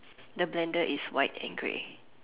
the blender is white and grey